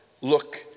Look